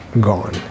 gone